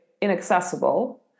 inaccessible